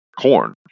corn